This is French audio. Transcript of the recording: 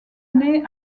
nez